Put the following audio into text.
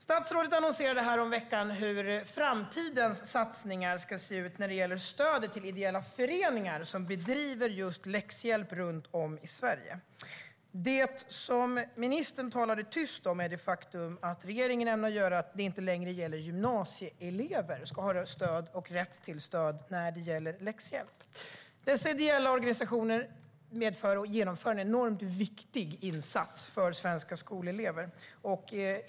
Statsrådet annonserade häromveckan hur framtidens satsningar ska se ut när det gäller stödet till ideella föreningar som bedriver just läxhjälp runt om i Sverige. Det som ministern talade tyst om är det faktum att regeringen ämnar ändra så att det inte längre gäller gymnasieelever. De ska inte längre ha rätt till stöd när det gäller läxhjälp. Dessa ideella organisationer gör en enormt viktig insats för svenska skolelever.